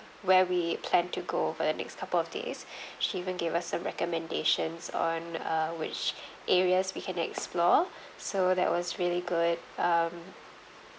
where we planned to go for the next couple of days she even gave us a recommendations on uh which areas we can explore so that was really good um